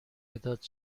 مداد